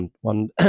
one